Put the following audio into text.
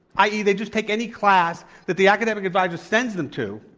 i. e, they just take any class that the academic advisor sends them to